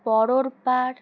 পরোর পাড়